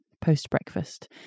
post-breakfast